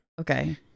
Okay